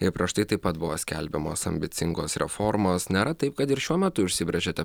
ir prieš tai taip pat buvo skelbiamos ambicingos reformos nėra taip kad ir šiuo metu užsibrėžėte